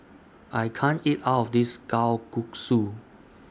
I can't eat All of This Kalguksu